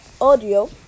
audio